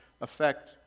affect